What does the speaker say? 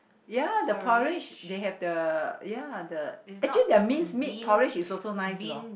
ya the porridge they have the ya the actually their minced meat porridge is also nice loh